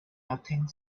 nothing